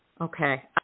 Okay